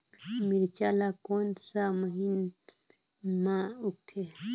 मिरचा ला कोन सा महीन मां उगथे?